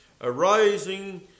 arising